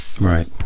right